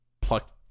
plucked